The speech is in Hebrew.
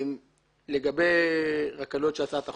לגבי הצעת החוק.